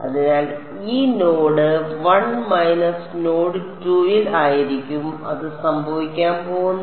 അതിനാൽ ഇത് node 1 minus node 2 ൽ ആയിരിക്കും അത് സംഭവിക്കാൻ പോകുന്നത്